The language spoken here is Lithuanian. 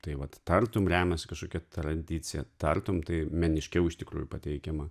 tai vat tartum remiasi kažkokia tradicija tartum tai meniškiau iš tikrųjų pateikiama